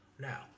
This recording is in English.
Now